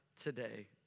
today